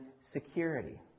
security